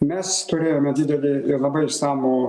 mes turėjome didelį ir labai išsamų